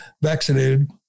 vaccinated